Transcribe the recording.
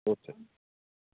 okay